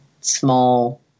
small